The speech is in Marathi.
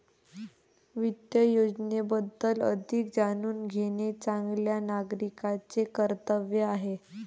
वित्त योजनेबद्दल अधिक जाणून घेणे चांगल्या नागरिकाचे कर्तव्य आहे